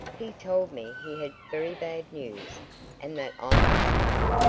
he told me he had very bad news and that i must know.